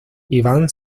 iván